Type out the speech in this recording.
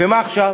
ומה עכשיו?